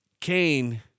Cain